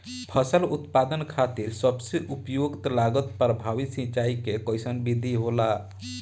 फसल उत्पादन खातिर सबसे उपयुक्त लागत प्रभावी सिंचाई के कइसन विधि होला?